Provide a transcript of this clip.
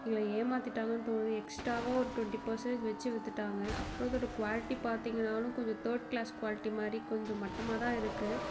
எங்களை ஏமாற்றிட்டாங்கன்னு தோணுது எக்ஸ்ட்ராவாக ஒரு டுவெண்டி பர்சன்டேஜ் வச்சு விற்றுட்டாங்க அப்புறம் அதோடய குவாலிட்டி பார்த்திங்கன்னாலும் கொஞ்சம் தேர்ட் கிளாஸ் குவாலிட்டி மாதிரி கொஞ்சம் மட்டமாகத்தான் இருக்குது